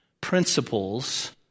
principles